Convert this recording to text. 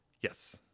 Yes